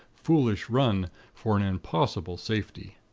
foolish run for an impossible safety.